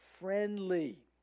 friendly